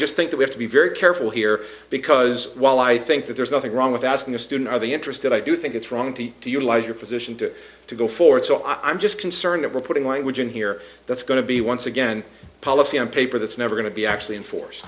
just think we have to be very careful here because while i think that there's nothing wrong with asking a student are they interested i do think it's wrong to do your life your position to to go forward so i'm just concerned that we're putting language in here that's going to be once again policy on paper that's never going to be actually in force